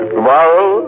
Tomorrow